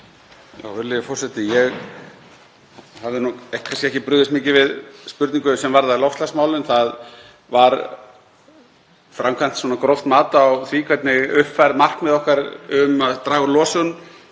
Virðulegi forseti. Ég hafði nú ekki brugðist mikið við spurningunni sem varðaði loftslagsmál. Það var framkvæmt svona gróft mat á því hvernig uppfærð markmið okkar um að draga úr losun